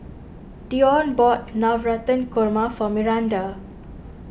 Deon bought Navratan Korma for Myranda